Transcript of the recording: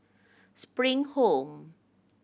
Spring Home